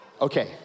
Okay